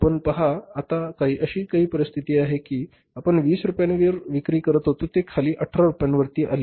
पण पहा आता अशी परिस्थिती आहे की आपण 20 रुपयांवर विक्री करीत होतो ते खाली 18 रुपयांवर आली